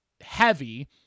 heavy